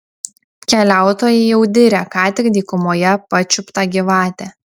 keliautojai jau diria ką tik dykumoje pačiuptą gyvatę